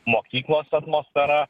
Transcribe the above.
mokyklos atmosfera